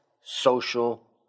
Social